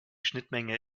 schnittmenge